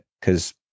because-